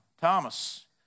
Thomas